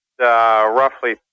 roughly